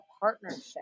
partnership